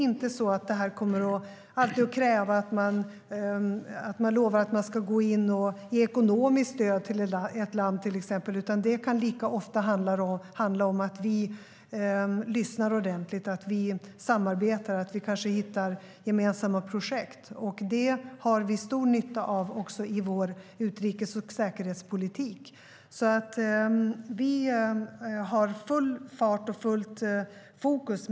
Detta kommer inte alltid att kräva att vi lovar att vi ska gå in och ge till exempel ekonomiskt stöd till ett land, utan det kan lika ofta handla om att vi lyssnar ordentligt, samarbetar och kanske hittar gemensamma projekt. Det har vi stor nytta av också i vår utrikes och säkerhetspolitik. Vi har alltså full fart och fullt fokus.